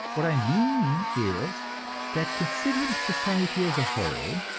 what i mean is that, considering society as a whole,